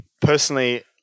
Personally